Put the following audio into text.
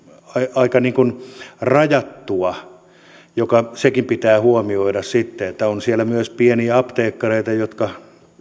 aika rajattua sekin pitää huomioida sitten että on siellä myös pieniä apteekkareita jotka